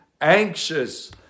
anxious